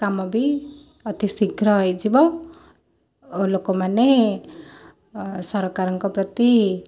କାମ ବି ଅତି ଶୀଘ୍ର ହେଇଯିବ ଆଉ ଲୋକମାନେ ସରକାରଙ୍କ ପ୍ରତି